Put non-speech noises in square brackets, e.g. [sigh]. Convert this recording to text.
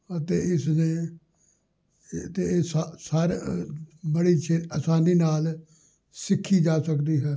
ਅਤੇ ਇਸ ਨੇ [unintelligible] ਬੜੀ ਛੇ ਆਸਾਨੀ ਨਾਲ ਸਿੱਖੀ ਜਾ ਸਕਦੀ ਹੈ